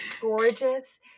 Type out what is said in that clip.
gorgeous